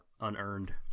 unearned